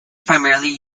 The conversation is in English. primarily